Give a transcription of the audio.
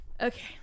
Okay